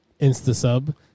insta-sub